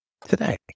today